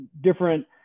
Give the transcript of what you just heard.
different